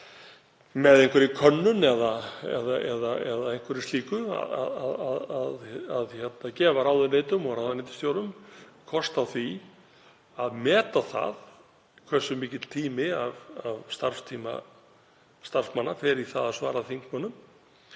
með könnun eða einhverju slíku, að gefa ráðuneytum og ráðuneytisstjórum kost á því að meta það hversu mikill tími af starfstíma starfsmanna fer í það að svara þingmönnum.